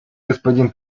господин